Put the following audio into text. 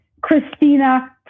Christina